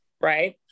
Right